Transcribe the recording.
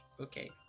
Okay